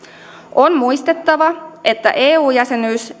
on muistettava että eu jäsenyys